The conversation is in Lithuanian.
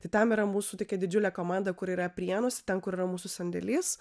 tai tam yra mūsų tokia didžiulė komanda kuri yra priėmusi ten kur yra mūsų sandėlis